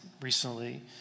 recently